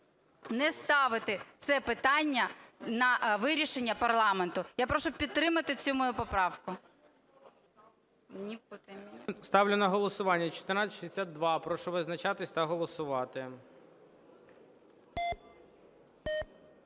не ставити це питання на вирішення парламенту. Я прошу підтримати цю мою поправку. ГОЛОВУЮЧИЙ. Ставлю на голосування 1462. Прошу визначатись та голосувати.